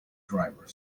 driver